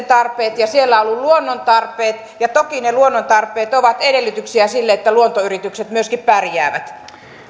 tarpeet ja siellä ovat olleet luonnon tarpeet ja toki ne luonnon tarpeet ovat edellytyksiä sille että luontoyritykset myöskin pärjäävät